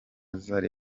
zari